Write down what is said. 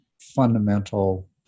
fundamental